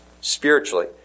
spiritually